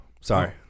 Sorry